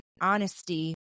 honesty